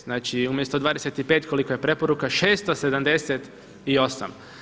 Znači umjesto 25, koliko je preporuka 678.